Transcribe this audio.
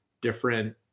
different